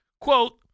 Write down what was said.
Quote